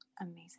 Amazing